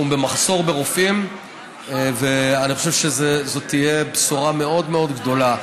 אנחנו במחסור ברופאים ואני חושב שזו תהיה בשורה מאוד מאוד גדולה.